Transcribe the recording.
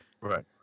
Right